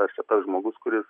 ar čia tas žmogus kuris